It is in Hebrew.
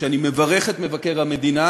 שאני מברך את מבקר המדינה